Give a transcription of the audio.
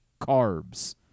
carbs